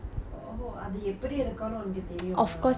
ya so you எனக்கு ஒரு:enakku oru friend இருக்கா:irukkaa